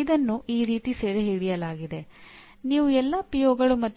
ಇದನ್ನು ಶ್ರೇಣಿ 1 ಮತ್ತು ಶ್ರೇಣಿ 2 ಸಂಸ್ಥೆಗಳು ಎಂದು ಕರೆಯಲಾಗುತ್ತದೆ